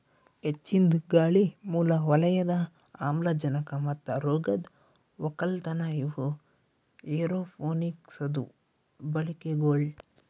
ಹೆಚ್ಚಿಂದ್ ಗಾಳಿ, ಮೂಲ ವಲಯದ ಆಮ್ಲಜನಕ ಮತ್ತ ರೋಗದ್ ಒಕ್ಕಲತನ ಇವು ಏರೋಪೋನಿಕ್ಸದು ಬಳಿಕೆಗೊಳ್